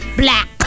black